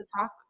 talk